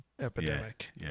epidemic